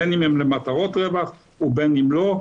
בין אם הם למטרות רווח ובין אם לא.